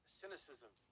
cynicism